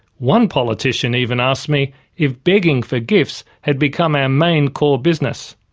one politician even asked me if begging for gifts had become our main core business.